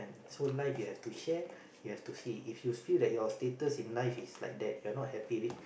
so life you have to share you have to see if you feel that your status in life is like that you are not happy with it